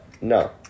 no